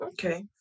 okay